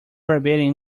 vibrating